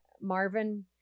Marvin